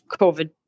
COVID